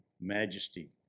majesty